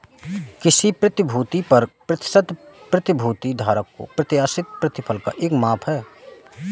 किसी प्रतिभूति पर प्रतिफल प्रतिभूति धारक को प्रत्याशित प्रतिफल का एक माप है